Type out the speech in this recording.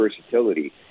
versatility